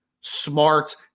smart